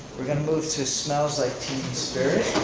we're gonna move to smells like teen spirit.